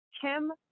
Kim